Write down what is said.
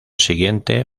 siguiente